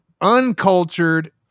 uncultured